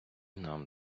нам